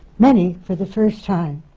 many for the first time.